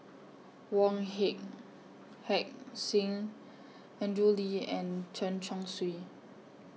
Wong Hey Heck Sing Andrew Lee and Chen Chong Swee